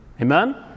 Amen